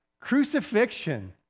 crucifixion